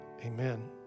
Amen